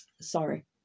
Sorry